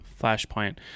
Flashpoint